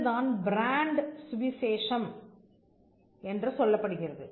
இதுதான் பிராண்ட் சுவிசேஷம் என்று சொல்லப்படுகிறது